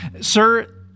Sir